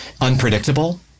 unpredictable